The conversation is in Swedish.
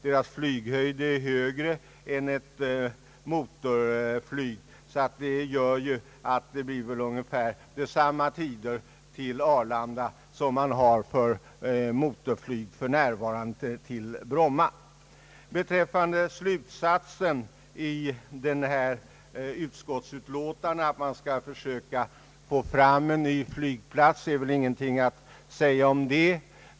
Deras flyghöjd är högre än motorflygets, vilket gör att det blir ungefär samma tider till Arlanda som man för närvarande har beträffande motorflyget vid Bromma. Slutsatsen i utskottsutlåtandet, att man skall försöka få fram en ny flygplats, är det väl ingenting att säga om,.